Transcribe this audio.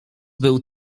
był